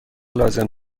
لازم